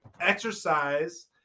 exercise